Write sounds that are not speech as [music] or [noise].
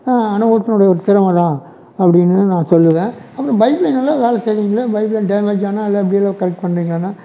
அனுபவத்தினுடைய ஒரு திறமைதான் அப்படின்னு நான் சொல்லுவேன் அப்புறம் பைப்லைன் எல்லாம் வேலை செய்யுறீங்களா பைப்லைன் டேமேஜ் ஆனால் நல்லா [unintelligible] கரெக்ட் பண்றீங்களாண்ணா